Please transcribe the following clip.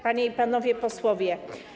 Panie i Panowie Posłowie!